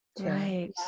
Right